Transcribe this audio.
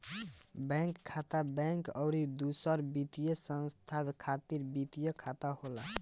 bank खाता, bank अउरी दूसर वित्तीय संस्था खातिर वित्तीय खाता होला